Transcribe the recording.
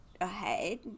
ahead